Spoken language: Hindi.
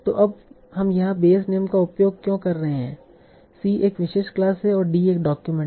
तो अब हम यहां बेयस नियम का उपयोग क्यों कर रहे हैं c एक विशेष क्लास है और d एक डॉक्यूमेंट है